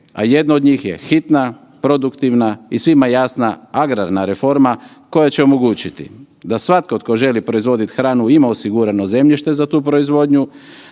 a jedna od njih je hitna, produktivna i svima jasna agrarna reforma koja će omogućiti da svatko tko želi proizvoditi hranu ima osigurano zemljište za tu proizvodnju,